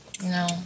No